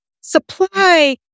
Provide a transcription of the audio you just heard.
supply